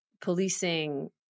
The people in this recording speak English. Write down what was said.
policing